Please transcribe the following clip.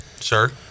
Sure